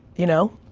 you know?